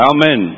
Amen